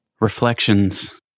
Reflections